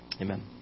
Amen